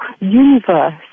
universe